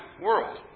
world